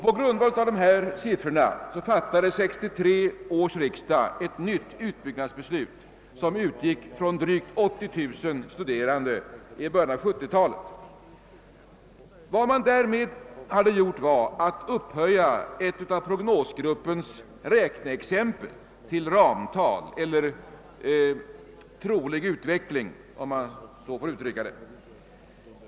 På grundval av dessa siffror fattade 1963 års riksdag ett nytt utbyggnadsbeslut, som utgick från drygt 80 000 studerande i början av 1970-talet. Vad man därmed hade gjort var att upphöja ett av prognosgruppens räkneexempel till ramtal — eller trolig utveckling.